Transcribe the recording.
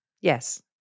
Yes